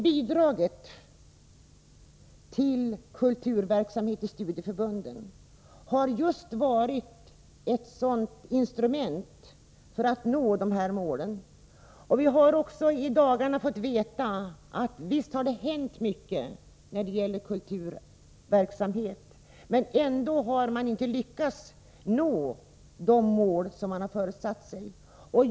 Bidraget till kulturverksamheten inom studieförbunden har varit ett instrument i strävandena att nå uppsatta mål. I dagarna har vi fått veta att man, trots att det hänt mycket på kulturverksamhetens område, inte har lyckats uppnå sina mål.